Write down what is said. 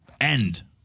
end